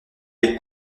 des